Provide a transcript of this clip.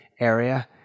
area